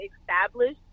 established